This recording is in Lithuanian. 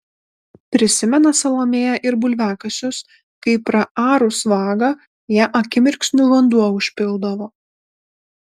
prisimena salomėja ir bulviakasius kai praarus vagą ją akimirksniu vanduo užpildavo